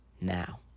Now